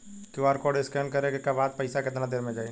QR code scan न करे क बाद पइसा केतना देर म जाई?